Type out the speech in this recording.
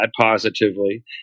positively